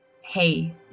hey